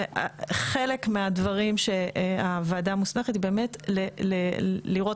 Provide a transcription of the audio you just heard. חלק מהדברים שהוועדה מוסמכת זה באמת לראות